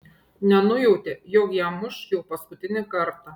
nenujautė jog ją muš jau paskutinį kartą